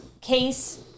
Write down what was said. case